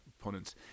opponents